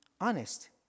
honest